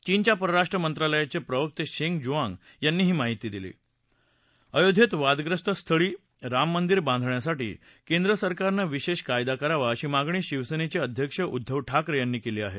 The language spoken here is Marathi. चचिंग्र्या परराष्ट्र मंत्रालयाचे प्रवक्ते गेंग शुआंग यांन डिजाहित इिला अयोध्येत वादग्रस्त स्थळी राम मंदीर बांधण्यासाठी केंद्र सरकारनं विशेष कायदा करावा अशी मागणी शिवसेनेचे अध्यक्ष उद्दव ठाकरे यांनी केली आहे